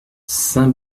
saint